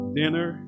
dinner